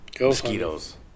Mosquitoes